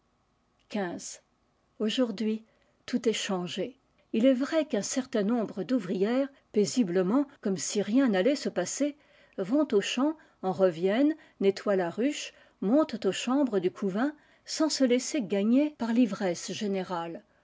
huî tout est changé il est vrai qu'un certain nombre d'ouvrières paisiblement comme si rien n'allait se passer vont aux champs en reviennent nettoient la ruche montent aux chambres du couvain sans se laisser gagner par l'ivresse générale